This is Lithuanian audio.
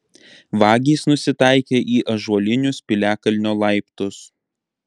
vagys nusitaikė į ąžuolinius piliakalnio laiptus